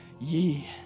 ye